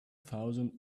thousand